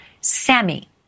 Sammy